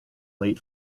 late